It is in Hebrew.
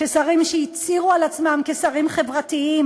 ששרים שהצהירו על עצמם כשרים חברתיים